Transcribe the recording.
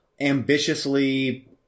ambitiously